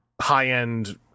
high-end